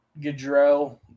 Gaudreau